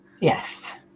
Yes